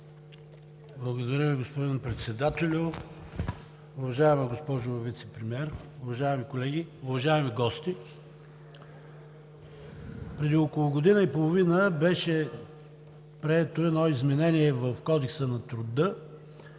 Благодаря Ви, господин Председател. Уважаема госпожо Вицепремиер, уважаеми колеги, уважаеми гости! Преди около година и половина беше прието едно изменение в Кодекса на труда,